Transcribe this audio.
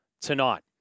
tonight